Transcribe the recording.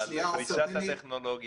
על פריסת הטכנולוגיה,